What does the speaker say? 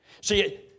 See